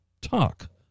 talk